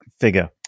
figure